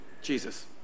Jesus